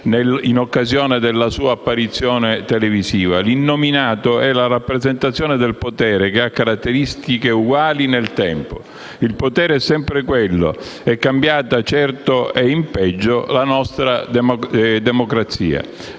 in occasione della sua apparizione televisiva. «L'Innominato è la rappresentazione del potere, che ha caratteristiche uguali nel tempo. Il potere è sempre quello, è cambiata certo, e in peggio, la nostra democrazia: